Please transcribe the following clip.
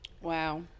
Wow